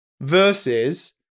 versus